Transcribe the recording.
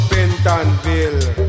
Pentonville